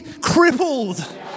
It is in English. crippled